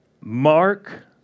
Mark